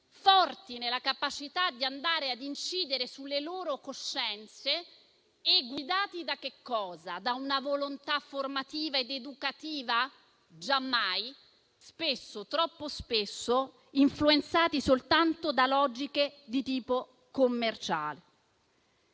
forti nella capacità di incidere sulle loro coscienze? E da cosa sono guidati, da una volontà formativa ed educativa? Giammai, troppo spesso influenzati soltanto da logiche di tipo commerciale.